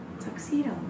Tuxedo